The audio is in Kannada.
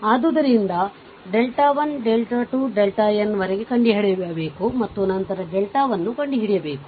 ಆದ್ದರಿಂದ 1 2n ವರೆಗೆ ಕಂಡುಹಿಡಿಯಬೇಕು ಮತ್ತು ನಂತರ ವನ್ನು ಕಂಡುಹಿಡಿಯಬೇಕು